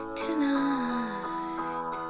tonight